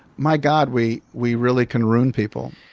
my god, we we really can ruin people.